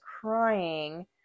crying